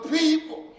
people